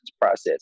process